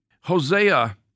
Hosea